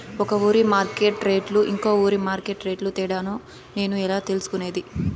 ఒక ఊరి మార్కెట్ రేట్లు ఇంకో ఊరి మార్కెట్ రేట్లు తేడాను నేను ఎట్లా తెలుసుకునేది?